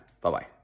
Bye-bye